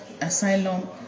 asylum